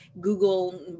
Google